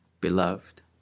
beloved